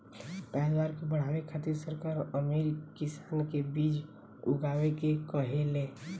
पैदावार के बढ़ावे खातिर सरकार अमीर किसान के बीज उगाए के कहेले